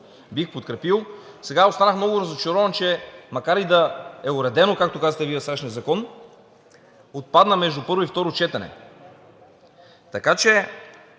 бих подкрепил, сега останах много разочарован, че макар и да е уредено, както казахте Вие, със сегашния закон, отпадна между първо и второ четене. Така че